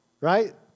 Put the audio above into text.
right